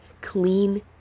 clean